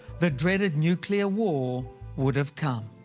the dreaded nuclear war would've come.